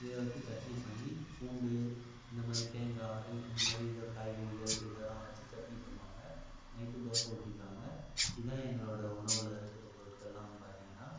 இதை வச்சு சட்னி பண்ணி பூண்டு இந்தமாதிரி தேங்காய் இல்லை இந்தமாதிரி எதோ காய்கறிகள் இதெல்லாம் வச்சு சட்னி பண்ணுவாங்க நைட்டு தோசை ஊற்றிக்குவாங்க இதான் எங்களோட உணவில் இருக்கிற பொருட்கள்லாம் பார்த்திங்கன்னா